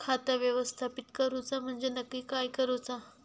खाता व्यवस्थापित करूचा म्हणजे नक्की काय करूचा?